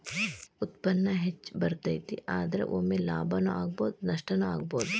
ಉತ್ಪನ್ನಾ ಹೆಚ್ಚ ಬರತತಿ, ಆದರ ಒಮ್ಮೆ ಲಾಭಾನು ಆಗ್ಬಹುದು ನಷ್ಟಾನು ಆಗ್ಬಹುದು